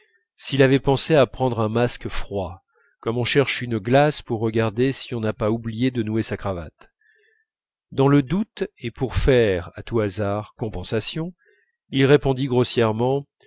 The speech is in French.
s'il avait pensé à prendre un masque froid comme on cherche une glace pour regarder si on n'a pas oublié de nouer sa cravate dans le doute et pour faire à tout hasard compensation il répondit grossièrement